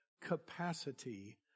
capacity